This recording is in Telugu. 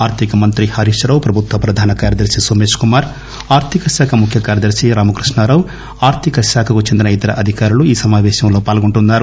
ఆర్థిక మంత్రి హరీష్ రావు ప్రభుత్వ ప్రధాన కార్యదర్శి నోమేశ్ కుమార్ ఆర్దిక శాఖ ముఖ్య కార్యదర్శి రామకృష్ణారావు ఆర్దిక శాఖకు చెందిన ఇతర అధికారులు ఈ సమాపేశంలో పాల్గొంటున్నారు